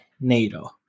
NATO